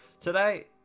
Today